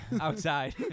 outside